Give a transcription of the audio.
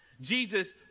Jesus